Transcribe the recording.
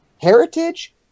heritage